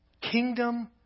Kingdom